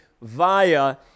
via